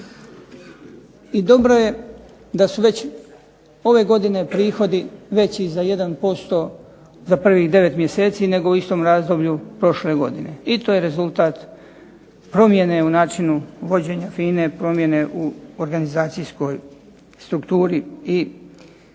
I dobro je da su već ove godine prihodi veći za 1% za prvih 9 mjeseci nego u istom razdoblju prošle godine. I to je rezultat promjene u načinu vođenja FINA-e, promjene u organizacijskoj strukturi i načinu